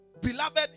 beloved